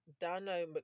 Dano